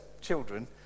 children